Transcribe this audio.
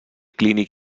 clínic